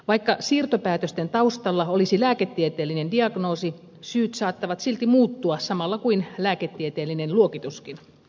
vaikka siirtopäätösten taustalla olisi lääketieteellinen diagnoosi syyt saattavat silti muuttua samalla kuin lääketieteellinen luokituskin